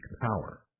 power